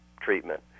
treatment